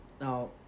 Now